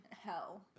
hell